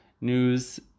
news